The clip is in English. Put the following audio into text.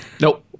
Nope